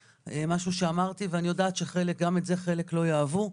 משהו שאמרתי ואני יודעת שגם את זה חלק לא יאהבו.